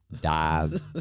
dive